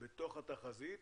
בתוך התחזית